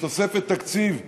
בתוספת תקציב ומשאבים,